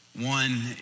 One